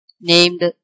named